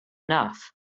enough